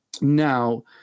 now